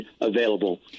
available